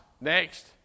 Next